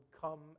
come